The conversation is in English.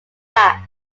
track